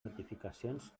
notificacions